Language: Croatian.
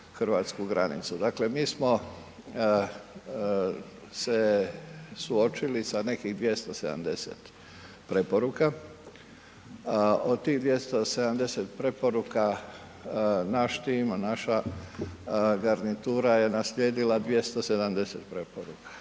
hrvatsku granicu. Dakle mi smo se suočili sa nekih 270 preporuka, od tih 270 preporuka naš tim, naša garnitura je naslijedila 270 preporuka